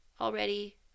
already